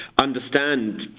understand